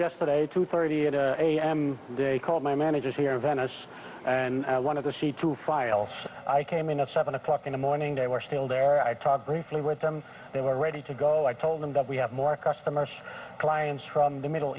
yesterday two thirty a m they called my managers here in venice and i want to see to file i came in at seven o'clock in the morning they were still there i talked briefly with them they were ready to go i told them that we have more customers clients from the middle